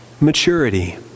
maturity